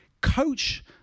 coach